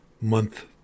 month